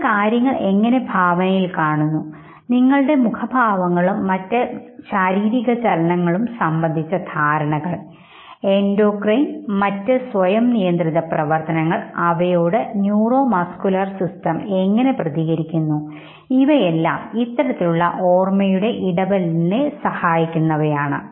നിങ്ങൾ കാര്യങ്ങൾ എങ്ങനെ ഭാവനയിൽ കാണുന്നു നിങ്ങളുടെ മുഖഭാവങ്ങളും മറ്റ് കായിക ചലനങ്ങളുടെയും സംബന്ധിച്ച ധാരണകൾ എൻഡോക്രൈൻ മറ്റ് സ്വയം നിയന്ത്രിത പ്രവർത്തനങ്ങൾ അവയോട് ന്യൂറോ മസ്കുലർ സിസ്റ്റം എങ്ങനെ പ്രതികരിക്കുന്നു ഇവയെല്ലാം ഇത്തരത്തിലുള്ള ഓർമ്മയുടെ ഇടപെടലിനെ സഹായിക്കുന്നവയാണ്